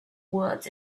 words